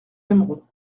aimeront